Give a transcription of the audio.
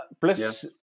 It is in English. plus